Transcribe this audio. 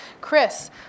Chris